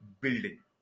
building